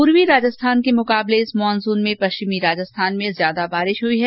पूर्वी राजस्थान के मुकाबले इस मॉनसुन में पश्चिमी राजस्थान में ज्यादा बरसात हई है